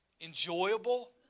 enjoyable